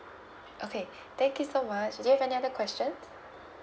okay thank you so much do you have any other question